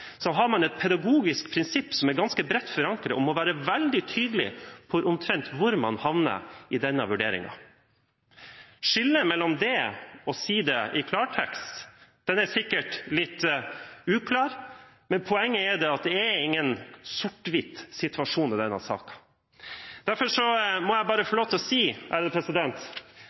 har et pedagogisk prinsipp som er ganske bredt forankret, om å være veldig tydelig på omtrent hvor man havner i denne vurderingen. Skillet mellom det og det å si det i klartekst er sikkert litt uklart, men poenget er at det ikke er noen sort–hvitt-situasjon ved denne saken. Derfor må jeg bare få lov til å si: